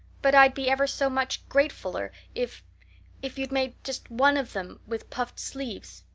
but i'd be ever so much gratefuller if if you'd made just one of them with puffed sleeves.